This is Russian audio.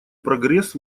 прогресс